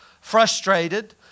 frustrated